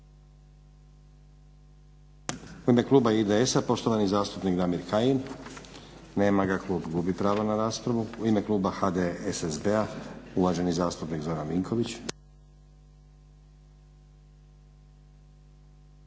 U ime kluba IDS-a poštovani zastupnik Damir Kajin. Nema ga. Klub gubi pravo na raspravu. U ime kluba HDSSB-a uvaženi zastupnik Zoran Vinković.